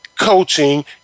coaching